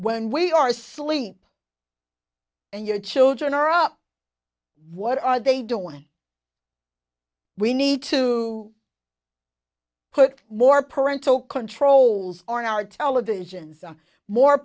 when we are sleep and your children are up what are they doing we need to put more parental controls are in our televisions on more